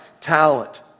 talent